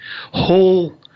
whole